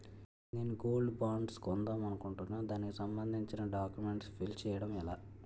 నేను gold bonds కొందాం అనుకుంటున్నా దానికి సంబందించిన డాక్యుమెంట్స్ ఫిల్ చేయడం ఎలా?